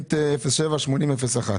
תוכנית 078001